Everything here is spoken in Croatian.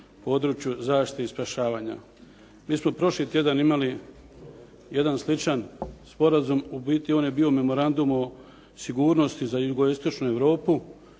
području zaštite i spašavanja. Mi smo prošli tjedan imali jedan sličan sporazum, u biti on je bio Memorandum o sigurnosti za Jugoistočnu Europu